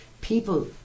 People